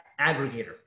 aggregator